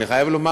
אני חייב לומר